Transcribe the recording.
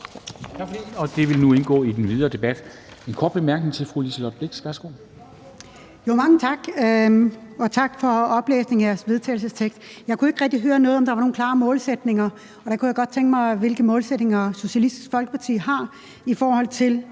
vil nu indgå i den videre debat. Der er en kort bemærkning fra fru Liselott Blixt. Værsgo. Kl. 12:51 Liselott Blixt (DF): Mange tak, og tak for oplæsningen af jeres vedtagelsestekst. Jeg kunne ikke rigtig høre noget om, om der var nogen klare målsætninger, og derfor kunne jeg godt tænke mig at høre, hvilke målsætninger Socialistisk Folkeparti har i forhold til